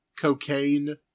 cocaine